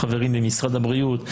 חברים ממשרד הבריאות,